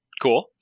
Cool